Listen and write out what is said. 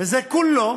וזה כו-לו